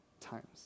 times